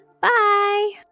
bye